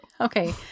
Okay